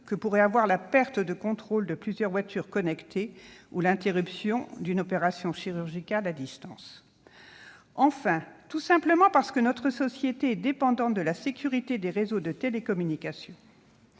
que pourrait avoir la perte de contrôle de plusieurs voitures connectées ou l'interruption d'une opération chirurgicale à distance. Enfin, notre société est tout simplement dépendante de la sécurité des réseaux de télécommunications.